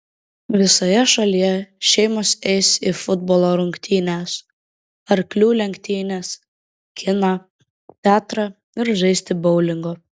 visoje šalyje šeimos eis į futbolo rungtynes arklių lenktynes kiną teatrą ir žaisti boulingo